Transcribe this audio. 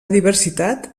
diversitat